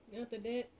then after that